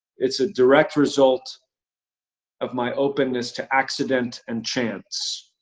it's a direct result of my openness to accident and chance.